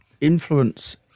Influence